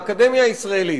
האקדמיה הישראלית.